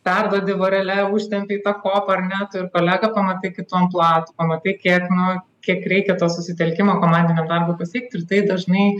perduodi vorele užtempi į tą kopą ar ne tu ir kolegą pamatai kitu amplua tu pamatai kiek na kiek reikia to susitelkimo komandinio darbo pasiekt ir tai dažnai